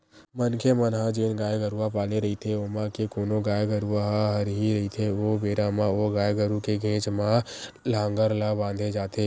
मनखे मन ह जेन गाय गरुवा पाले रहिथे ओमा के कोनो गाय गरुवा ह हरही रहिथे ओ बेरा म ओ गाय गरु के घेंच म लांहगर ला बांधे जाथे